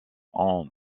ont